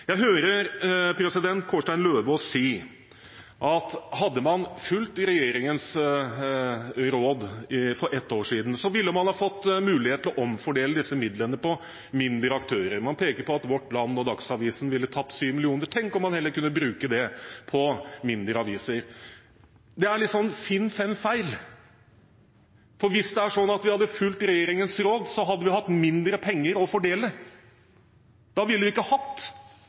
Jeg hører Kårstein Eidem Løvaas si at hadde man fulgt regjeringens råd for et år siden, ville man ha fått mulighet til å omfordele disse midlene på mindre aktører. Man peker på at Vårt Land og Dagsavisen ville tapt 7 mill. kr, og tenk om man heller kunne bruke det på mindre aviser. Det er litt sånn «finn fem feil». For hvis vi hadde fulgt regjeringens råd, hadde vi hatt færre penger å fordele. Da ville vi ikke ha hatt